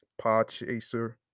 Podchaser